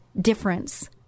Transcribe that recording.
difference